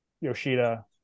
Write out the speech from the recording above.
Yoshida